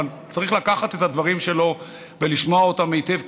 אבל צריך לקחת את הדברים שלו ולשמוע אותם היטב,